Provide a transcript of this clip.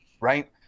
right